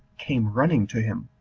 came running to him.